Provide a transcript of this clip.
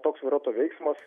toks vairuotojo veiksmas